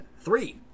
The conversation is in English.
Three